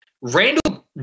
Randall